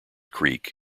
creek